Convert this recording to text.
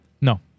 No